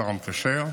השר המקשר.